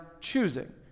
choosing